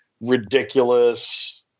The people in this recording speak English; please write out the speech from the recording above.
ridiculous